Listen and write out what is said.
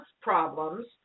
problems